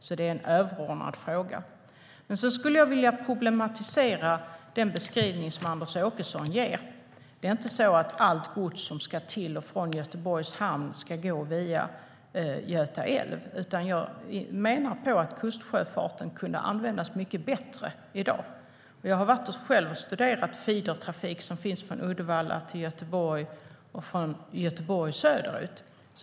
Det är därför en överordnad fråga. Låt mig problematisera den beskrivning som Anders Åkesson ger. Det är inte så att allt gods som ska till och från Göteborgs hamn ska gå via Göta älv. Jag menar att kustsjöfarten kan användas mycket bättre än i dag. Jag har själv studerat den feedertrafik som finns från Uddevalla till Göteborg och från Göteborg söderut.